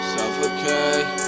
Suffocate